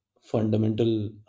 fundamental